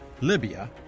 Libya